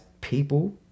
people